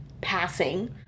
passing